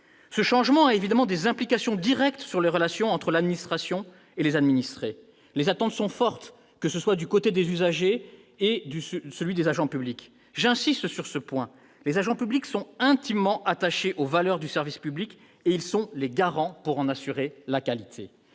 Ce changement a évidemment des implications directes sur les relations entre l'administration et les administrés. Les attentes sont fortes, du côté que ce soit des usagers ou des agents publics. J'insiste sur ce point : les agents publics sont intimement attachés aux valeurs du service public, dont ils sont les garants, dont ils assurent la qualité.